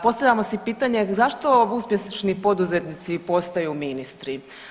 Postavljamo si pitanje zašto uspješni poduzetnici postaju ministri?